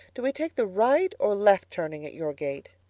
do we take the right or left turning at your gate?